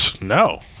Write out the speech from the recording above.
no